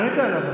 אתה פנית אליו.